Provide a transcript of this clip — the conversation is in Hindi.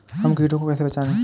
हम कीटों को कैसे पहचाने?